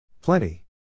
Plenty